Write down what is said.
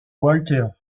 walter